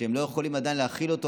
שהם עדיין לא יכולים להכיל אותו,